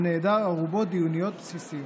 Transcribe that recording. הנעדר ערובות דיוניות בסיסיות.